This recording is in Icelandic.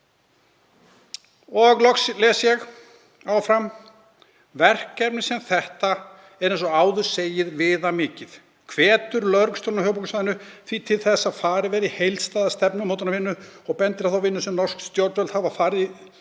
Loks les ég áfram: „Verkefni sem þetta er, eins og áður segir, viðamikið. Hvetur lögreglustjórinn á höfuðborgarsvæðinu því til þess að farið verði í heildstæða stefnumótunarvinnu, og bendir á þá vinnu sem norsk stjórnvöld hafa farið í